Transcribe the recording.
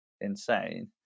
insane